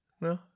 No